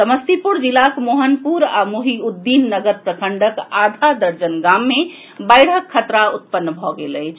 समस्तीपुर जिलाक मोहनपुर आ मोहिउद्दीननगर प्रखंडक आधा दर्जन गाम मे बाढ़िक खतरा उत्पन्न भऽ गेल अछि